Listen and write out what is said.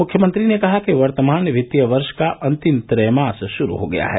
मुख्यमंत्री ने कहा कि वर्तमान वित्तीय वर्ष का अंतिम त्रयमास शुरू हो गया है